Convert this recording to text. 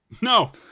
No